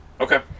Okay